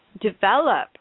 develop